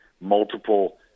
multiple